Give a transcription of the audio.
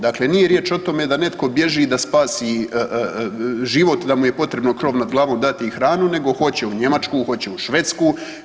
Dakle, nije riječ o tome da netko bježi da spasi život, da mu je potrebno krov nad glavom dati i hranu nego hoće u Njemačku, hoće u Švedsku.